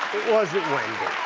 it wasn't wendy.